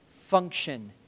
function